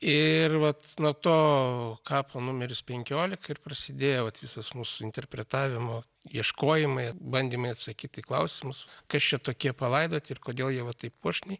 ir vat nuo to kapo nukeris penkiolika ir prasidėjo visas mūsų interpretavimo ieškojimai bandymai atsakyti į klausimus kas čia tokie palaidoti ir kodėl jie va taip puošniai